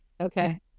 okay